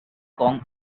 kong